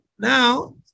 Now